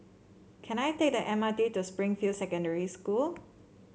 can I take the M R T to Springfield Secondary School